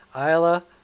Isla